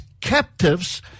captives